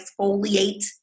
exfoliate